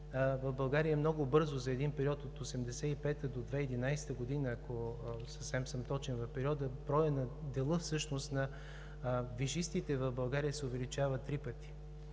в България много бързо, за един период от 1985 до 2011 г., ако съм съвсем точен в периода, броят на дела на висшистите в България се увеличава три пъти.